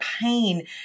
pain